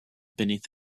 beneath